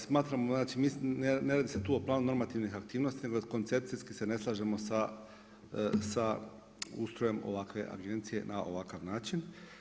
Smatramo, ne radi se tu o pravno normativnih aktivnosti, nego koncepcijski se ne slažemo sa ustrojem ovakve agencije na ovakav način.